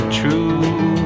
true